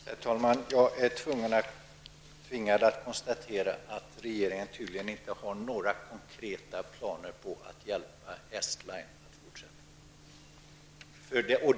Herr talman! Jag är tvingad att konstatera att regeringen tydligen inte har några konkreta planer på att hjälpa Estline i fortsättningen.